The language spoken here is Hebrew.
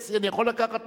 טקסי אני יכול לקחת?